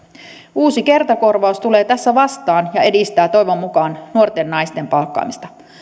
uusi kertakorvaus tulee tässä vastaan ja edistää toivon mukaan nuorten naisten palkkaamista